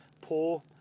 poor